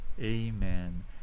Amen